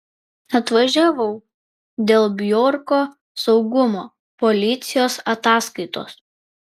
atvažiavau dėl bjorko saugumo policijos ataskaitos